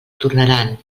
tornaran